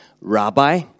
rabbi